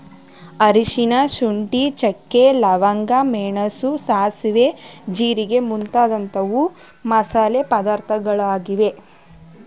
ಅರಿಶಿನ, ಶುಂಠಿ, ಚಕ್ಕೆ, ಲವಂಗ, ಮೆಣಸು, ಸಾಸುವೆ, ಜೀರಿಗೆ ಮುಂತಾದವು ಮಸಾಲೆ ಪದಾರ್ಥಗಳಾಗಿವೆ